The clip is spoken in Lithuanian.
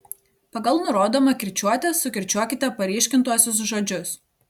pagal nurodomą kirčiuotę sukirčiuokite paryškintuosius žodžius